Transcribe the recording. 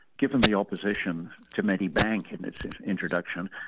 given the opposition to medibank and its introduction,